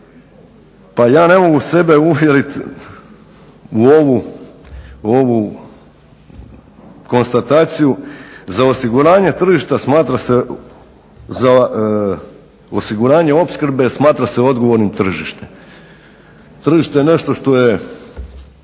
Pa ja ne mogu sebe uvjeriti u ovu konstataciju. Za osiguranje tržišta smatra sa, za osiguranje opskrbe smatra se odgovornim tržište. Tržište je nešto što je,